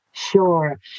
Sure